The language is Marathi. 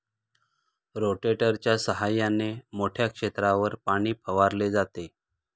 रोटेटरच्या सहाय्याने मोठ्या क्षेत्रावर पाणी फवारले जाते